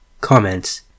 Comments